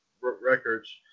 records